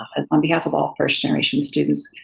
and on behalf of all first generation students,